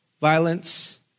violence